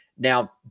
Now